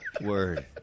Word